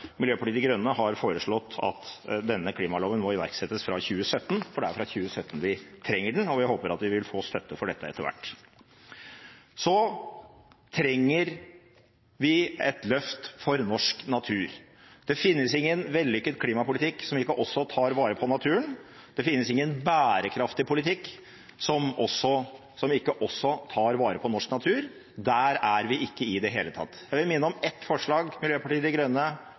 Miljøpartiet De Grønne har foreslått at denne klimaloven må iverksettes fra 2017, for det er fra 2017 vi trenger den. Vi håper at vi vil få støtte for dette etter hvert. Så trenger vi et løft for norsk natur. Det finnes ingen vellykket klimapolitikk som ikke også tar vare på naturen. Det finnes ingen bærekraftig politikk som ikke også tar vare på norsk natur. Der er vi ikke i det hele tatt. Jeg vil minne om ett forslag bl.a. Miljøpartiet De Grønne